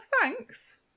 thanks